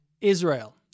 israel